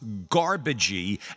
garbagey